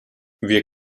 wir